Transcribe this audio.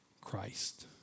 Christ